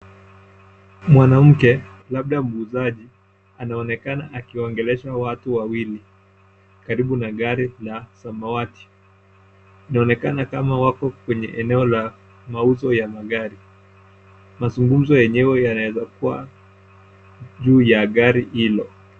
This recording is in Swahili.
Mwanamke, labda muuzaji, anaonekana akiwaangelesha watu wawili karibu na gari la samawati. Inaonekana kama wako kwenye eneo la mauzo ya magari. Mazungumzo yenyewe yanawezakuwa juu ya gari hilo.